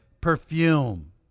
perfume